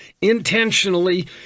intentionally